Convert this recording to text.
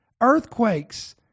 earthquakes